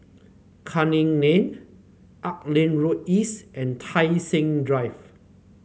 Canning Lane Auckland Road East and Tai Seng Drive